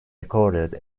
recorded